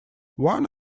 one